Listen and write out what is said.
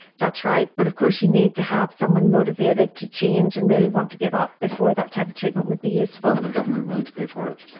that's right. but of course you need to have someone motivated to change and really want to give up before that type of treatment would be useful. and a government willing to pay for it.